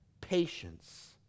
patience